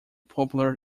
popular